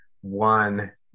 one